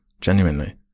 genuinely